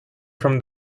from